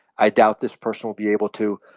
i doubt this person will be able to.